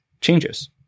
changes